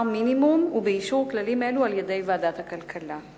מינימום ובאישור כללים אלו על-ידי ועדת הכלכלה.